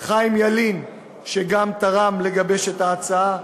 חיים ילין, שגם תרם לגיבוש ההצעה,